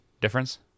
difference